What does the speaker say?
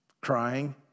crying